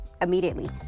immediately